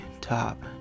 top